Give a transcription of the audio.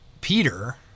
Peter